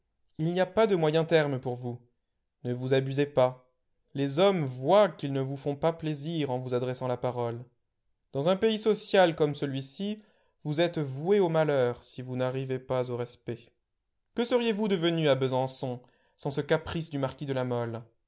il n'y a pas de moyen terme pour vous ne vous abusez pas les hommes voient qu'ils ne vous font pas plaisir en vous adressant la parole dans un pays social comme celui-ci vous êtes voué au malheur si vous n'arrivez pas aux respects que seriez-vous devenu à besançon sans ce caprice du marquis de la mole